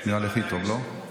נראה לי הכי טוב, לא?